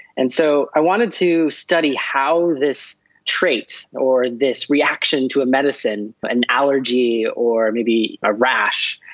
and so i wanted to study how this trait or this reaction to a medicine, an allergy or maybe a rash,